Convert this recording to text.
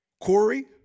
Corey